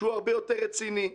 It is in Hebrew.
שהוא הרבה יותר רציני,